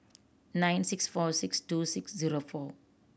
nine six four six two six zero four